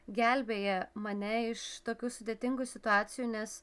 gelbėja mane iš tokių sudėtingų situacijų nes